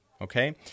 Okay